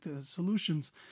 solutions